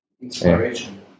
inspiration